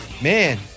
man